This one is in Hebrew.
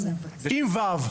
עם ו"ו,